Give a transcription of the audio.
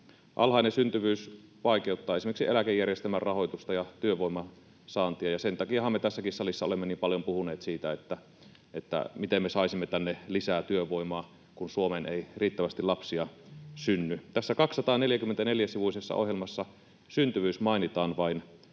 Alhainen syntyvyys vaikeuttaa esimerkiksi eläkejärjestelmän rahoitusta ja työvoiman saantia, ja sen takiahan me tässäkin salissa olemme niin paljon puhuneet siitä, miten me saisimme tänne lisää työvoimaa, kun Suomeen ei synny riittävästi lapsia. Tässä 244-sivuisessa ohjelmassa syntyvyys mainitaan vain